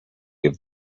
have